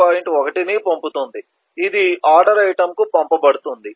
1 ను పంపుతుంది ఇది ఆర్డర్ ఐటెమ్కు పంపబడుతుంది